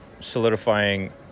solidifying